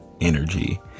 energy